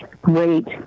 Great